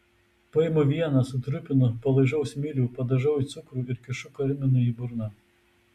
paimu vieną sutrupinu palaižau smilių padažau į cukrų ir kišu karminui į burną